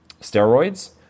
steroids